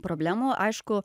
problemų aišku